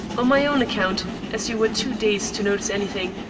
on my own account, as you were too dazed to notice anything,